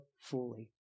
fully